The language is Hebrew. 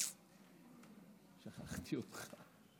שכחתי אותך.